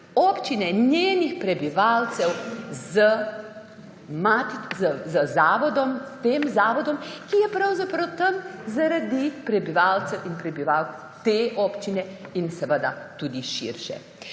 občine in njenih prebivalcev s tem zavodom, ki je pravzaprav tam zaradi prebivalk in prebivalcev te občine in seveda tudi širše.